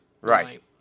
right